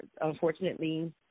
unfortunately